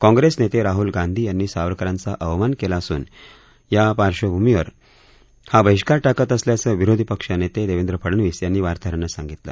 काँग्रेस नेते राहल गांधी यांनी सावरकरांचा अवमान केला असून या पार्श्वभूमीवर हा बहिष्कार टाकत असल्याचं विरोधी पक्ष नेते देवेंद्र फडनवीस यांनी वार्ताहरांना सांगितलं